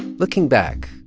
looking back,